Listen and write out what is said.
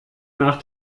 nach